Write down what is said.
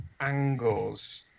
angles